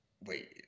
wait